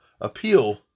appeal